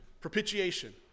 Propitiation